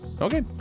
okay